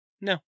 No